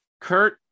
Kurt